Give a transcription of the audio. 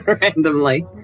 randomly